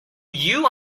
you